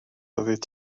oeddet